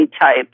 type